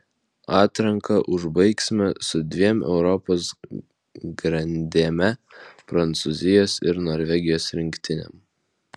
atranką užbaigsime su dviem europos grandėme prancūzijos ir norvegijos rinktinėm